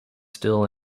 still